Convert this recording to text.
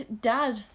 Dad